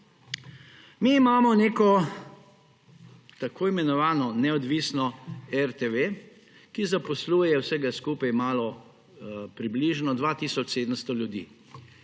Mi imamo neko tako imenovano neodvisno RTV, ki zaposluje vsega skupaj približno 2 tisoč 700 ljudi.